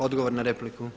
Odgovor na repliku.